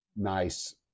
nice